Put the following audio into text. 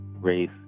race